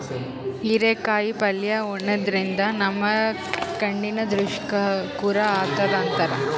ಹಿರೇಕಾಯಿ ಪಲ್ಯ ಉಣಾದ್ರಿನ್ದ ನಮ್ ಕಣ್ಣಿನ್ ದೃಷ್ಟಿ ಖುರ್ ಆತದ್ ಅಂತಾರ್